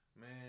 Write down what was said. Man